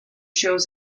shows